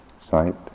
sight